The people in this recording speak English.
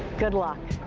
good luck.